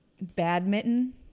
badminton